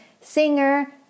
singer